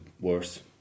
worse